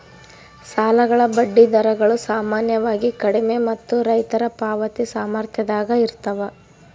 ಸಾಲಗಳ ಬಡ್ಡಿ ದರಗಳು ಸಾಮಾನ್ಯವಾಗಿ ಕಡಿಮೆ ಮತ್ತು ರೈತರ ಪಾವತಿ ಸಾಮರ್ಥ್ಯದಾಗ ಇರ್ತವ